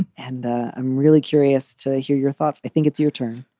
and i'm really curious to hear your thoughts i think it's your turn